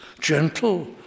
gentle